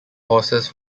horses